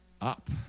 up